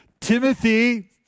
Timothy